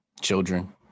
children